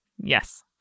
Yes